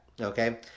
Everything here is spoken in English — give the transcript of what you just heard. Okay